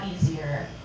easier